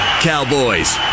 Cowboys